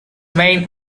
main